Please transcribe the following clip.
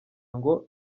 ahantu